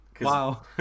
Wow